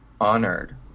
honored